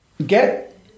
get